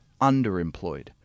underemployed